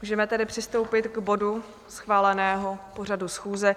Můžeme tedy přistoupit k bodu schváleného pořadu schůze.